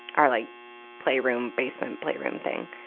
our like playroom basement, playroom thing,